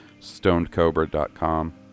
stonedcobra.com